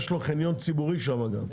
יש לו חניון ציבורי שם גם,